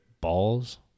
balls